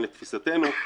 לתפיסתנו,